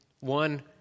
one